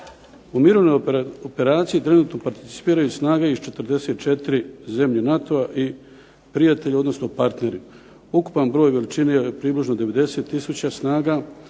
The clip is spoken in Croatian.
U mirovnoj operaciji trenutno participiraju snage iz 44 zemlje NATO-a i prijatelja, odnosno partneri. Ukupan broj veličine je približno 90 tisuća snaga,